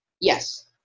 Yes